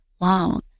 long